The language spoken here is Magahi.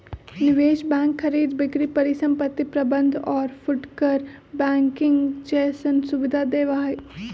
निवेश बैंक खरीद बिक्री परिसंपत्ति प्रबंध और फुटकर बैंकिंग जैसन सुविधा देवा हई